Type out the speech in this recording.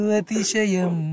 atishayam